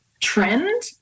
trend